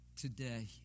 today